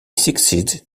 succeeded